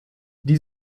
die